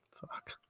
Fuck